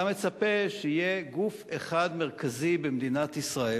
אתה מצפה שיהיה גוף אחד מרכזי במדינת ישראל